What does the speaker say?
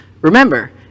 Remember